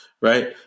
Right